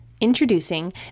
Introducing